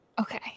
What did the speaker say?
okay